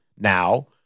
now